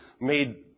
made